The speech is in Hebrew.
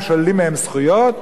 הם שוללים מהם זכויות?